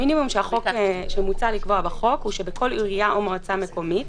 המינימום שמוצע לקבוע בחוק הוא שבכל עירייה או מועצה מקומית,